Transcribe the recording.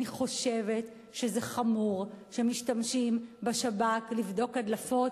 אני חושבת שזה חמור שמשתמשים בשב"כ לבדוק הדלפות,